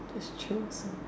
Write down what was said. that's true also